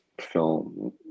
film